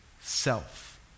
self